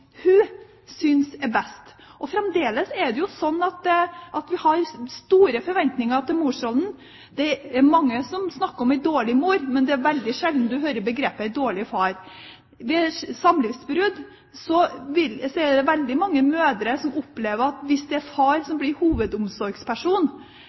hun synes er best. Fremdeles er det sånn at vi har store forventninger til morsrollen. Det er mange som snakker om «en dårlig mor», men det er veldig sjelden du hører begrepet «dårlig far». Ved samlivsbrudd er det veldig mange mødre som opplever at hvis det er far